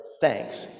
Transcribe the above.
Thanks